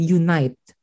unite